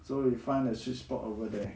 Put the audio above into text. so we find a sweet spot over there